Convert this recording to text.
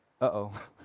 uh-oh